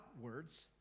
Words